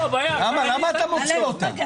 מה אתה מוציא אותה?